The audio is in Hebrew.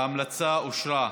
ההצעה אושרה.